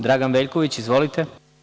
Dragan Veljković, izvolite.